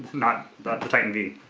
not the titan v.